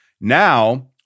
Now